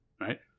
right